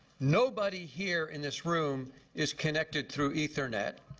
nobody here in this room is connected through ethernet.